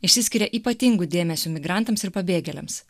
išsiskiria ypatingu dėmesiu migrantams ir pabėgėliams